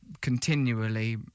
continually